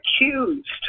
accused